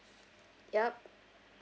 yup